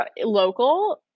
local